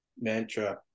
mantra